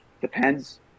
Depends